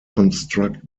construct